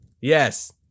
Yes